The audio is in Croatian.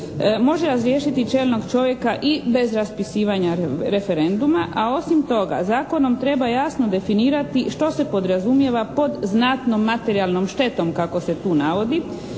može razriješiti čelnog čovjeka i bez raspisivanja referenduma a osim toga zakonom treba jasno definirati što se podrazumijeva pod znatno materijalnom štetom kako se tu navodi